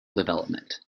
development